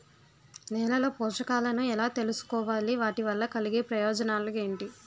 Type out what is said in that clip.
నేలలో పోషకాలను ఎలా తెలుసుకోవాలి? వాటి వల్ల కలిగే ప్రయోజనాలు ఏంటి?